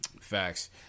Facts